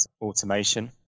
automation